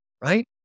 right